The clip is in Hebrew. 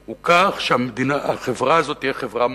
הוא כך שהחברה הזאת תהיה חברה מופתית,